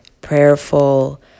prayerful